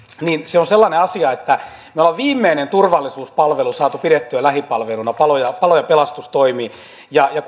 on sellainen asia että me olemme viimeisen turvallisuuspalvelun saaneet pidettyä lähipalveluna palo ja ja